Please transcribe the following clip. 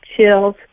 chills